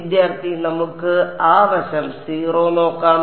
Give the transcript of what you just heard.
വിദ്യാർത്ഥി നമുക്ക് ആ വശം 0 നോക്കാം